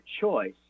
choice